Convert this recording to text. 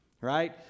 Right